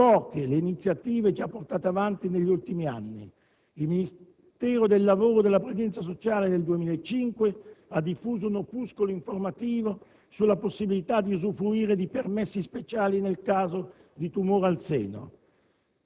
Poche le iniziative già portate avanti negli ultimi anni: il Ministero del lavoro e della previdenza sociale, nel 2005, ha diffuso un opuscolo informativo sulla possibilità di usufruire di permessi speciali nel caso di tumore al seno.